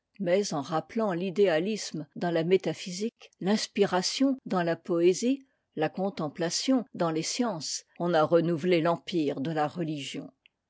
mais en rappelant l'idéalisme dans la métaphysique l'inspiration dans la poésie la contemplation dans les sciences on a renouvelé l'empire de la religion